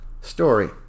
story